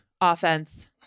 offense